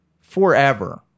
forever